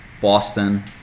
Boston